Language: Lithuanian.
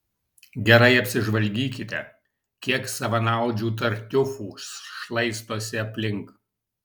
gerai apsižvalgykite kiek savanaudžių tartiufų šlaistosi aplink